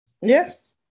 Yes